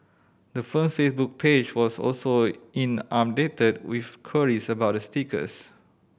the firm Facebook page was also inundated with queries about the stickers